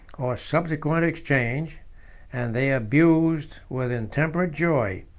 or subsequent exchange and they abused, with intemperate joy,